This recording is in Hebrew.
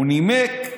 הוא נימק: